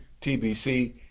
TBC